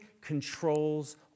controls